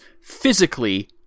physically